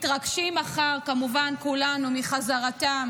מתרגשים כולנו מחזרתם